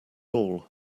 all